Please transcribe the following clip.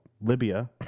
Libya